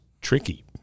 tricky